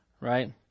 Right